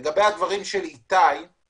לגבי הדברים של איתי אני